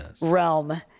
realm